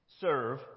serve